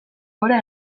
gora